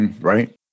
right